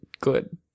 good